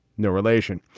no relation.